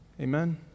Amen